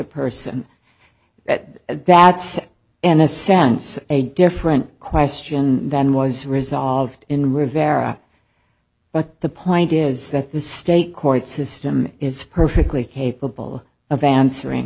that that's in a sense a different question than was resolved in rivera but the point is that the state court system is perfectly capable of answering